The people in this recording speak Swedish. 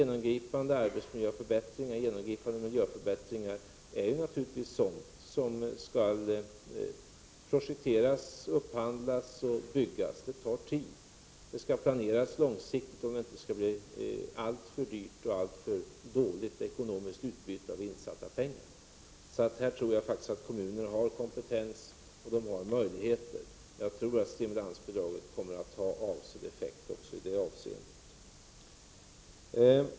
Genomgripande arbetsmiljöförbättringar och miljöförbättringar är sådant som måste projekteras — det skall upphandlas och byggas. Det tar tid. Man måste planera långsiktigt om det inte skall bli alltför dyrt och ett alltför dåligt ekonomiskt utbyte av insatta pengar. Här har kommunerna kompetens, och de har möjligheter. Jag tror att stimulansbidraget kommer att ha avsedd effekt också i detta avseende.